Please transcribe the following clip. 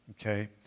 Okay